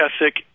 ethic